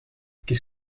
qu’est